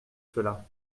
cela